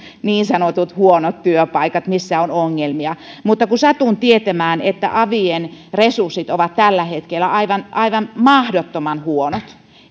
niin sanotut huonot työpaikat missä on ongelmia mutta satun tietämään että avien resurssit ovat tällä hetkellä aivan aivan mahdottoman huonot